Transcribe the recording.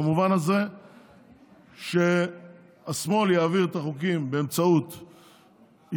במובן הזה שהשמאל יעביר את החוקים באמצעות ימינה,